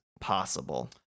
possible